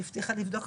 שהבטיחה לבדוק.